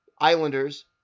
Islanders